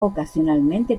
ocasionalmente